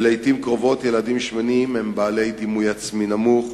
לעתים קרובות ילדים שמנים הם בעלי דימוי עצמי נמוך,